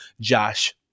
Josh